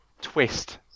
twist